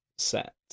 set